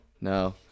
no